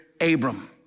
Abram